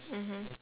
mmhmm